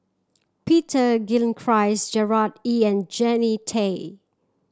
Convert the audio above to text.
Peter Gilchrist Gerard Ee and Jannie Tay